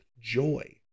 joy